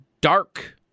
dark